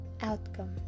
outcome